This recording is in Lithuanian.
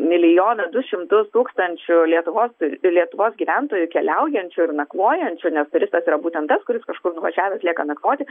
milijoną du šimtus tūkstančių lietuvos ir lietuvos gyventojų keliaujančių ir nakvojančių nes turistas yra būtent tas kuris kažkur nuvažiavęs lieka nakvoti